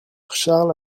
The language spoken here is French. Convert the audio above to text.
charles